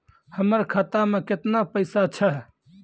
हमर खाता मैं केतना पैसा छह?